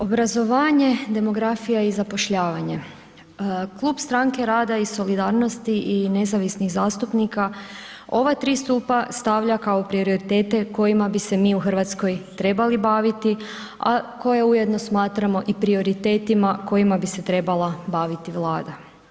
Obrazovanje, demografija i zapošljavanje klub Stranke rada i solidarnosti i nezavisnih zastupnika ova tri stupa stavlja kao prioritete kojima bi se mi u Hrvatskoj trebali baviti, a koje ujedno smatramo i prioritetima kojima bi se trebala baviti Vlada.